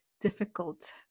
difficult